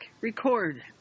record